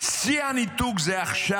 שיא הניתוק זה עכשיו.